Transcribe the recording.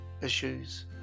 issues